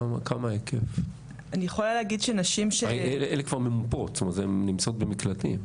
אלה כבר ממופות, הן נמצאות במקלטים.